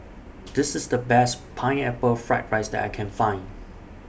This IS The Best Pineapple Fried Rice that I Can Find